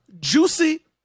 Juicy